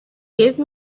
give